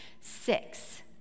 six